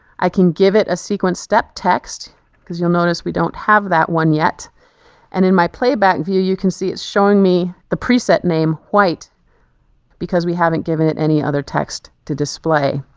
i can give it a sequence step text because you'll notice we don't have that one yet and in my playback view you can see it's showing me the preset name white because we haven't given it any other text to display.